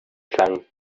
klang